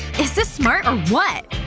is this smart or what!